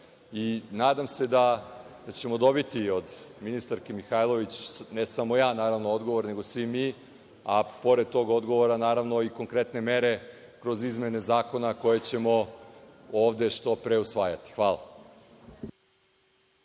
Nadam se da ćemo dobiti od ministarke Mihajlović, ne samo ja već i svi mi, odgovor, a pored tog odgovora, naravno, i konkretne mere kroz izmene zakona koji ćemo ovde što pre usvajati.